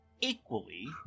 equally